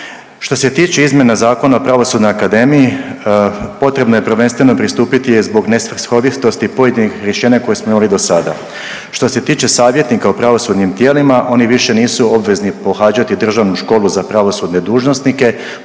Što se tiče izmjena Zakona o Pravosudnoj akademiji, potrebno je prvenstveno pristupiti je zbog nesvrsishodnosti pojedinih rješenja koja smo imali do sada. Što se tiče savjetnika u pravosudnim tijelima, oni više nisu obvezni pohađati Državnu školu za pravosudne dužnosnike,